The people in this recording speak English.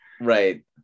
Right